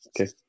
Okay